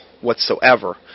whatsoever